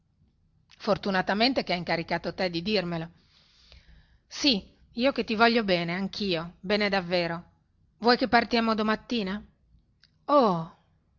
fortunatamente che ha incaricato te di dirmelo sì io che ti voglio bene anchio bene davvero vuoi che partiamo domattina oooh